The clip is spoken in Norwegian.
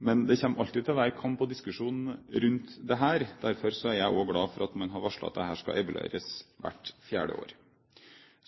Men det kommer alltid til å være kamp og diskusjon rundt dette. Derfor er jeg glad for at man har varslet at dette skal evalueres hvert fjerde år.